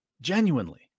genuinely